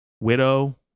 widow